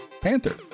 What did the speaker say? Panther